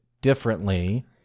differently